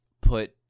put